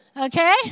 Okay